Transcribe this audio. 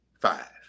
five